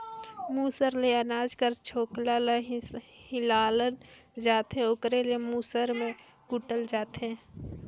मूसर ले अनाज कर छोकला ल हिंकालल जाथे ओकरे ले मूसर में कूटल जाथे